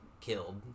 killed